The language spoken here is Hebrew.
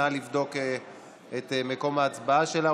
נא לבדוק את מקום ההצבעה שלה.